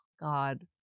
God